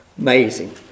Amazing